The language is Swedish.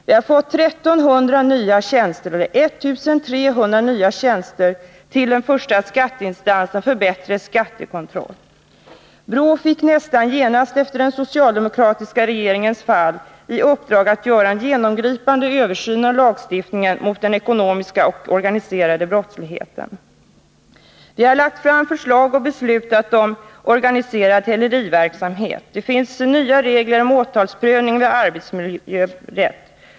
Vi har fått 1300 nya tjänster till den första skatteinstansen för bättre skattekontroll. BRÅ fick nästan genast efter den socialdemokratiska regeringens. fall i uppdrag att göra en genomgripande översyn av lagstiftningen mot den ekonomiska och organiserade brottsligheten. Vi har lagt fram förslag och beslutat avseende organiserad häleriverksamhet. Det finns nya regler om åtalsprövning vid arbetsmiljöbrott.